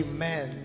Amen